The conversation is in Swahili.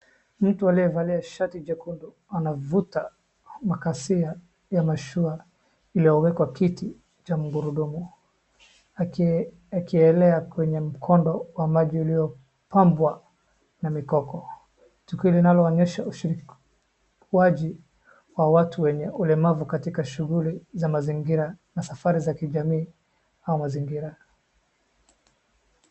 Mtu anayevalia shati jekundu anavuta makasia ya mashua iliyowekwa kiti cha magurudumu, akielea kwenye mkondo wa maji uliopambwa na mikoko, tukio linaloonyesha ushikiliaji wa watu wenye ulemavu katika shughuli za mazingira na safari za kijamii au mazingira.